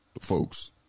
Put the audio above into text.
folks